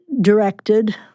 directed